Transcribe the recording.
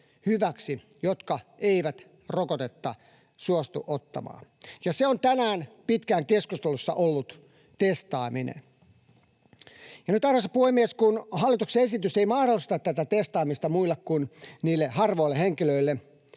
jotka eivät rokotetta suostu ottamaan, ja se on tänään pitkään keskustelussa ollut testaaminen. Ja nyt, arvoisa puhemies, kun hallituksen esitys ei mahdollista testaamista muille kuin harvoille henkilöille,